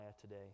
today